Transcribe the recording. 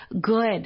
good